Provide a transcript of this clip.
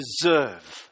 deserve